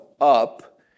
up